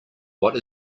what